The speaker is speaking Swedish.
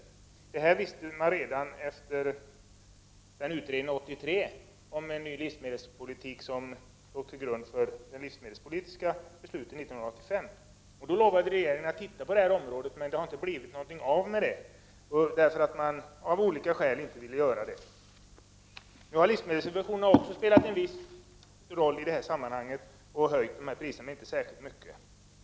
Detta visste man redan 1983 i den utredning som gjordes om en ny livsme delspolitik och som låg till grund för de livsmedelspolitiska besluten 1985. Då lovade regeringen att se över detta område. Men det har av olika skäl inte blivit av. Livsmedelssubventionerna har också spelat en viss roll i det här sammanhanget. Priserna har höjts, men inte särskilt mycket.